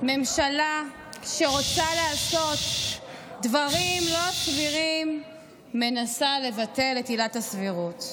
ממשלה שרוצה לעשות דברים לא סבירים מנסה לבטל את עילת הסבירות.